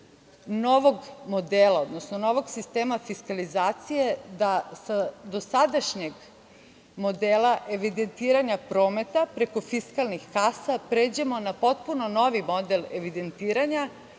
novog modela, odnosno novog sistema fiskalizacije da sa dosadašnjeg modela evidentiranja prometa preko fiskalnih kasa pređemo na potpuno novi model evidentiranja,